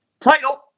title